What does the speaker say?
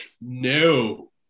No